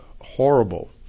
horrible